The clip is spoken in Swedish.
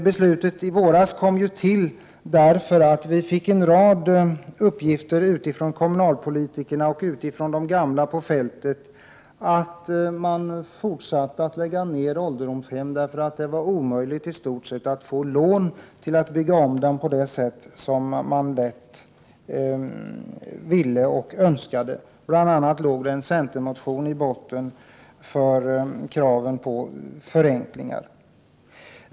Beslutet i våras fattades efter det att vi fått en rad uppgifter från kommunalpolitikerna och de gamla om att nedläggningen av ålderdomshem fortsatte och att det i stort sett var omöjligt att få lån för att bygga om ålderdomshemmen på det sätt som var möjligt för att bevara dem. I bl.a. en centermotion krävde vi förenklingar.